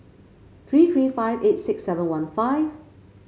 three three five eight six seven one five